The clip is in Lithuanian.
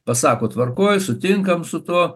pasako tvarkoj sutinkam su tuo